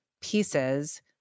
pieces